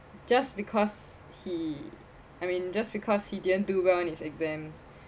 just because he I mean just because he didn't do well in his exams